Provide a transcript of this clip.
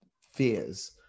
fears